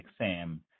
exam